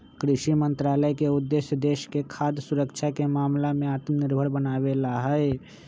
कृषि मंत्रालय के उद्देश्य देश के खाद्य सुरक्षा के मामला में आत्मनिर्भर बनावे ला हई